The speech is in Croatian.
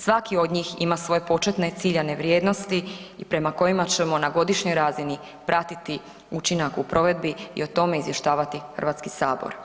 Svaki od njih ima svoje početne ciljane vrijednosti i prema kojima ćemo na godišnjoj razini pratiti učinak u provedbi i o tome izvještavati Hrvatski sabor.